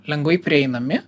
lengvai prieinami